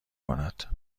کند